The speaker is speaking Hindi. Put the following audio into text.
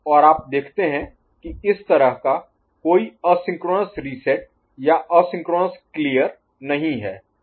और आप देखते हैं कि इस तरह का कोई असिंक्रोनस रीसेट या असिंक्रोनस क्लियर नहीं है